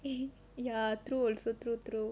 eh ya true also true true